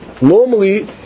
Normally